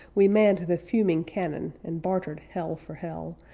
we manned the fuming cannon and bartered hell for hell,